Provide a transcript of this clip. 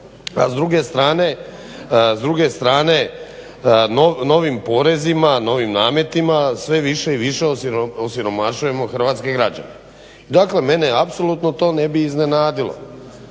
A s druge strane novim porezima, novim nametima sve više i više osiromašujemo hrvatske građane. Dakle, mene apsolutno to ne bi iznenadilo